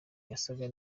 yasaga